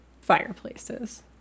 fireplaces